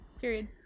Period